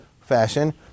fashion